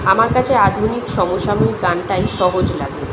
আমার কাছে আধুনিক সমসাময়িক গানটাই সহজ লাগে